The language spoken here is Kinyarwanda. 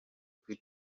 kuri